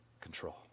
control